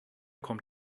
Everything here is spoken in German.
kommt